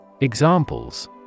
Examples